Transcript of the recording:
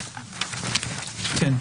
(ג)